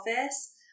office